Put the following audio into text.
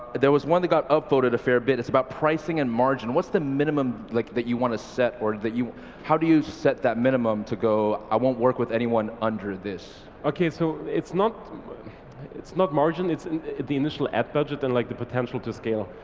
there was one that got upvoted a fair bit, it's about pricing and margin. what's the minimum like that you want to set or how do you set that minimum to go, i won't work with anyone under this. okay so it's not it's not margin, it's the initial ad budget and like the potential to scale.